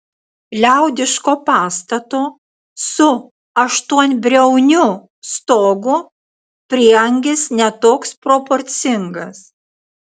liaudiško pastato su aštuonbriauniu stogu prieangis ne toks proporcingas